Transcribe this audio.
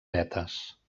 vetes